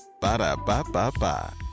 Ba-da-ba-ba-ba